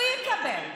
הוא יקבל.